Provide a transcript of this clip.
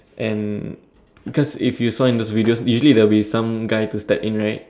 and because if you saw in the videos usually there will be some guy to step in right